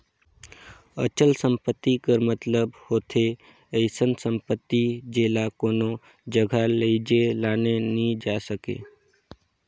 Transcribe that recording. अचल संपत्ति कर मतलब होथे अइसन सम्पति जेला कोनो जगहा लेइजे लाने नी जाए सके